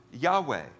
Yahweh